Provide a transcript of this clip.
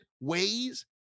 ways